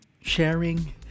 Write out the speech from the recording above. sharing